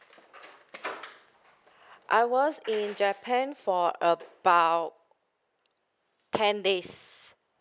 I was in japan for about ten days